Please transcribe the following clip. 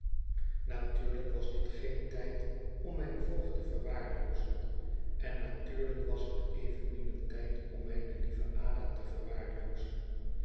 natuurlijk was dit geen tijd om mijn voogd te verwaarloozen en natuurlijk was het evenmin een tijd om mijne lieve ada te verwaarloozen